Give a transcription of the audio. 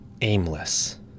aimless